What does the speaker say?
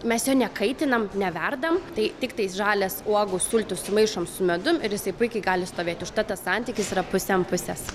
mes jo nekaitinam neverdam tai tiktais žalias uogų sultis sumaišom su medum ir jisai puikiai gali stovėti užtat tas santykis yra pusė ant pusės